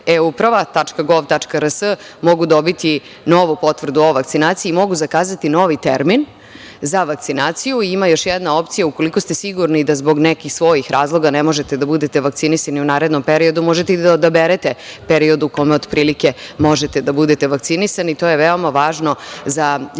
„euprava.gov.rs“ mogu dobiti novu potvrdu o vakcinaciji i mogu zakazati novi termin za vakcinaciju. Ima i još jedna opcija. Ukoliko ste sigurni da zbog nekih svojih razloga ne možete da budete vakcinisani u narednom periodu, možete i da odaberete period u kome otprilike možete da budete vakcinisani. To je veoma važno za ljude